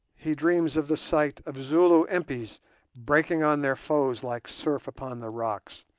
he dreams of the sight of zulu impis breaking on their foes like surf upon the rocks,